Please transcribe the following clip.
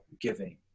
giving